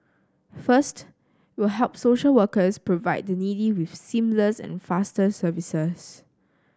first it will help social workers provide the needy with seamless and faster services